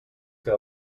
que